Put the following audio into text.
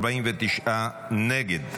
49 נגד.